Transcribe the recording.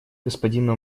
господину